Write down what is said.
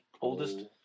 Oldest